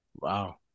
Wow